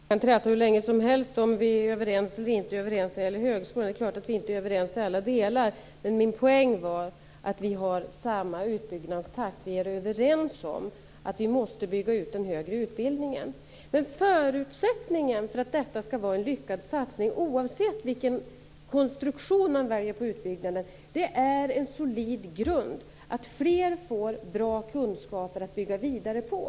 Fru talman! Vi kan träta hur länge som helst om vi är överens eller inte när det gäller högskolan. Det är klart att vi inte är överens i alla delar. Poängen är att vi har samma utbyggnadstakt. Vi är överens om att den högre utbildningen måste byggas ut. Men förutsättningen för att det skall vara en lyckad satsning, oavsett vilken konstruktion som väljs på utbyggnaden, är en solid grund - att fler får bra kunskaper att bygga vidare på.